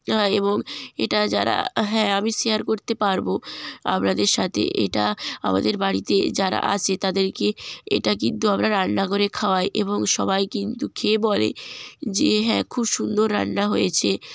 না এবং এটা যারা হ্যাঁ আমি শেয়ার করতে পারবো আপনাদের সাথে এটা আমাদের বাড়িতে যারা আসে তাদেরকে এটা কিন্তু আমরা রান্না করে খাওয়াই এবং সবাই কিন্তু খেয়ে বলে যে হ্যাঁ খুব সুন্দর রান্না হয়েছে